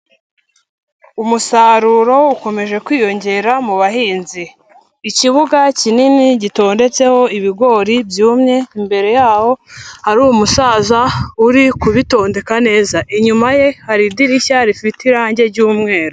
Umusaruro ukomeje kwiyongera mu bahinzi, ikibuga kinini gitondetseho ibigori byumye, imbere yaho ari umusaza uri kubitondeka neza, inyuma ye hari idirishya rifite irange ry'umweru.